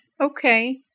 Okay